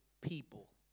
people